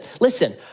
listen